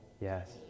Yes